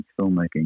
filmmaking